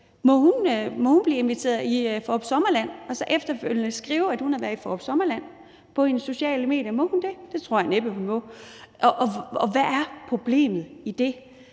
Må hun blive inviteret i Fårup Sommerland og så efterfølgende skrive på sine sociale medier, at hun har været i Fårup Sommerland? Må hun det? Det tror jeg næppe hun må. Og hvad er problemet i det?